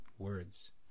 Words